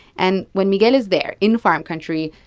and when miguel is there in farm country,